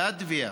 לטביה,